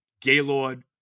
Gaylord